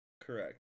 Correct